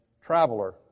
Traveler